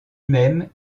même